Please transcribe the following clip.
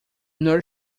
not